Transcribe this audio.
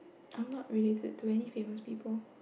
I am not related to any famous people